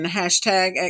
hashtag